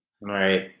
Right